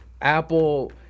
Apple